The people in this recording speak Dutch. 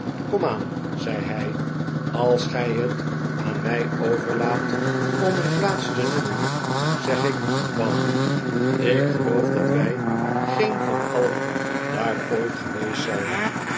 komaan zei hij als gij het aan mij overlaat om een plaats te noemen zeg ik bath ik geloof dat wij geen van alien daar ooit geweest zijn